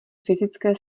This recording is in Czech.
fyzické